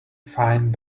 fine